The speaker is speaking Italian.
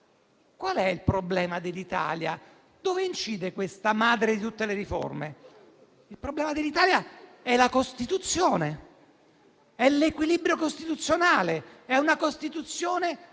Qual è il problema dell'Italia? Dove incide questa madre di tutte le riforme? Il problema dell'Italia è la Costituzione, è l'equilibrio costituzionale, è una Costituzione